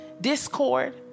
discord